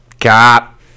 Cop